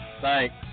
thanks